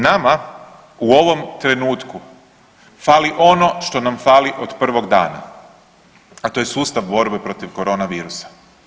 Nama u ovom trenutku fali ono što nam fali od prvog dana, a to je sustav borbe protiv korona virusa.